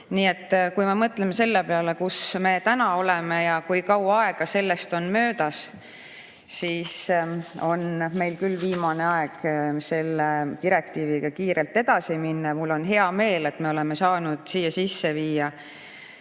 kui me mõtleme selle peale, kus me täna oleme ja kui kaua aega sellest on möödas, siis on meil küll viimane aeg selle direktiiviga kiirelt edasi minna ja mul on hea meel, et me oleme saanud siia sisse viia